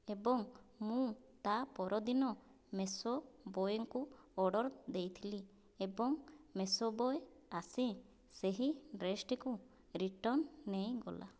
ଏବଂ ମୁଁ ତା ପର ଦିନ ମିସୋ ବୟ୍ଙ୍କୁ ଅର୍ଡ଼ର ଦେଇଥିଲି ଏବଂ ମିସୋ ବୟ୍ ଆସି ସେହି ଡ୍ରେସଟିକୁ ରିଟର୍ନ ନେଇଗଲା